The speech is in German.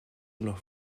noch